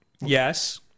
Yes